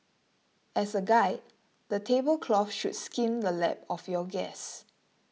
as a guide the table cloth should skim the lap of your guests